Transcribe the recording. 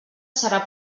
serà